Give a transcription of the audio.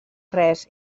res